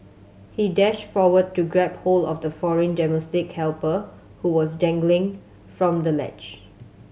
he dashed forward to grab hold of the foreign domestic helper who was dangling from the ledge